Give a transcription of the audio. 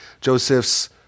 Joseph's